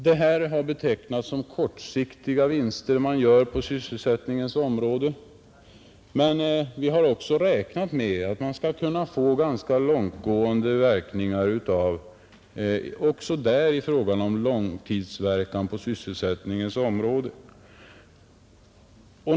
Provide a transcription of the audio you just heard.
Det här har betecknats som att man gör kortsiktiga vinster på sysselsättningens område, men vi har också räknat med att man skall få ganska långtgående verkningar också därvidlag — alltså långtidsverkan på sysselsättningens område.